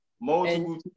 Multiple